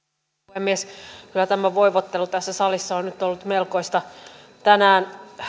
puhemies kyllä tämä voivottelu tässä salissa on nyt ollut melkoista tänään